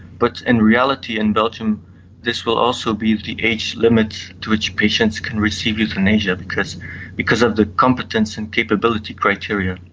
but in reality in belgium this will also be the age limit to which patients can receive euthanasia because because of the competence and capability criteria.